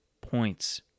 points